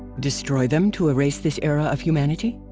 destroy them to erase this era of humanity?